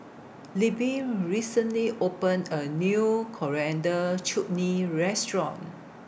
Libby recently opened A New Coriander Chutney Restaurant